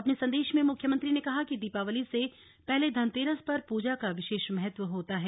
अपने संदेश में मुख्यमंत्री ने कहा कि दीपावली से पहले धनतेरस पर पूजा का विशेष महत्व होता है